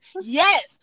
yes